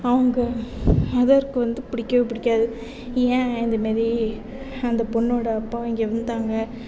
அவங்க மதர்க்கு வந்து பிடிக்கவே பிடிக்காது ஏன் இந்த மாதிரி அந்த பொண்ணோட அப்பா இங்கே வந்தாங்கன்னு